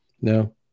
No